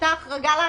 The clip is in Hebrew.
הייתה החרגה להחרגה.